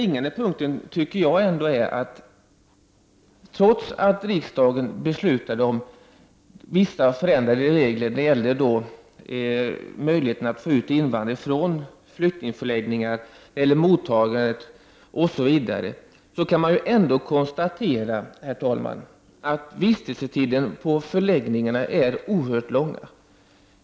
Jag anser dock att den springande punkten är att man trots att riksdagen beslutade om vissa förändrade regler — bl.a. möjligheten att få ut invandrare från förläggningar — ändå kan konstatera att vistelsetiderna på förläggningarna är oerhört långa.